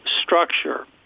structure